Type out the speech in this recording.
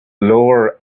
lower